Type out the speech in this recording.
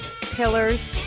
pillars